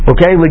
Okay